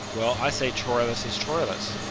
well, i say troilus is troilus.